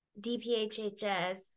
dphhs